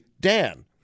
Dan